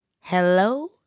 Hello